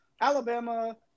Alabama